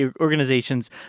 organizations